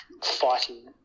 fighting